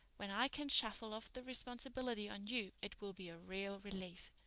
when i can shuffle off the responsibility on you it will be a real relief.